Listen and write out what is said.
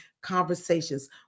conversations